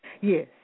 Yes